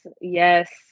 yes